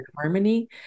harmony